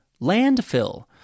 landfill